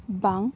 ᱵᱟᱝ ᱠᱚᱴᱷᱤᱱᱟ